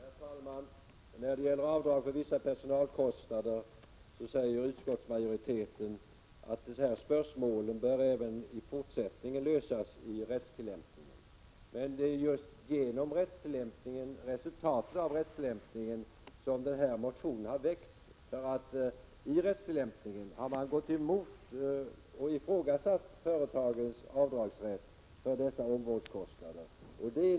Herr talman! När det gäller avdrag för vissa personalkostnader säger utskottsmajoriteten att dessa spörsmål även i fortsättningen skall lösas i rättstillämpningen. Det är dock på grund av resultatet av rättstillämpningen som denna motion har väckts. I rättstillämpningen har man nämligen gått emot och ifrågasatt företagens avdragsrätt för dessa omvårdskostnader.